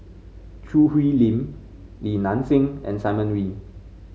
Choo Hwee Lim Li Nanxing and Simon Wee